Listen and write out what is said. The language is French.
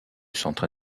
centre